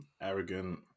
Arrogant